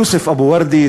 יוסף אבו ורדה,